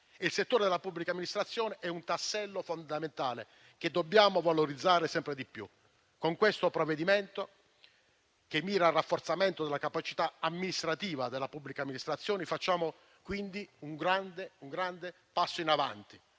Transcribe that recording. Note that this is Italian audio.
il settore della pubblica amministrazione è un tassello fondamentale che dobbiamo valorizzare sempre di più. Con questo provvedimento, che mira al rafforzamento della capacità amministrativa della pubblica amministrazione, facciamo quindi un grande passo in avanti;